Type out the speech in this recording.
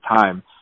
time